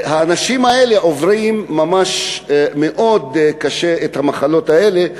האנשים האלה עוברים ממש מאוד קשה את המחלות האלה.,